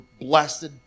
blessed